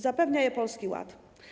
Zapewnia je Polski Ład.